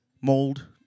mold